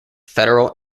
federal